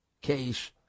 case